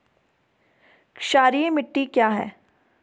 क्षारीय मिट्टी क्या है?